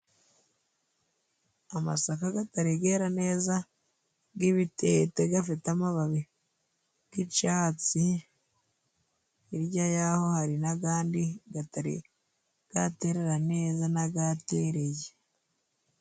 Amasaka gatari gera neza, g'ibitete gafite amababi g'icatsi, hirya y'aho hari n'agandi gatari gaterera neza n'agatereye.